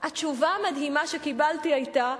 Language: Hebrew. התשובה המדהימה שקיבלתי היתה: